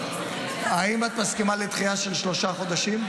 האם את מסכימה לדחייה של שלושה חודשים?